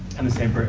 and the same